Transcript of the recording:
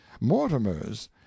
mortimer's